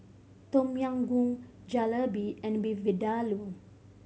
Tom Yam Goong Jalebi and Beef Vindaloo